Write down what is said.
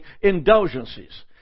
indulgences